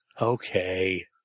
Okay